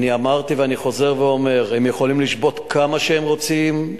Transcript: אני אמרתי ואני חוזר ואומר: הם יכולים לשבות כמה שהם רוצים,